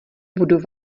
budu